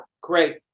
Great